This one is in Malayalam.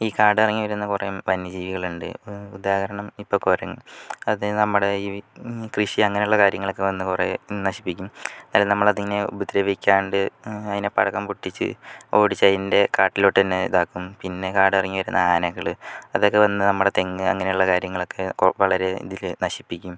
ഈ കാടിറങ്ങി വരുന്ന കുറെ വന്യജീവികളുണ്ട് ഉദാഹരണം ഇപ്പം കുരങ്ങ് അത് നമ്മടെ ഈ കൃഷി അങ്ങനെയുള്ള കാര്യങ്ങളൊക്കെ വന്ന് കുറെ നശിപ്പിക്കും അത് നമ്മളെ പിന്നെ ഉപദ്രേവിക്കാണ്ട് അതിനെ പടക്കം പൊട്ടിച്ച് ഓടിച്ച് അതിന്റെ കാട്ടിലോട്ട് തന്നെ ഇതാക്കും പിന്നെ കാടിറങ്ങി വരുന്ന ആനകള് അതൊക്കെ വന്ന് നമ്മടെ തെങ്ങ് അങ്ങനൊള്ള കാര്യങ്ങളൊക്കെ വളരെ ഇതില് നശിപ്പിക്കും